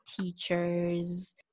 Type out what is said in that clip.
teachers